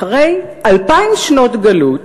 אחרי אלפיים שנות גלות